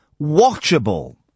watchable